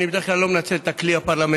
אני בדרך כלל לא מנצל את הכלי הפרלמנטרי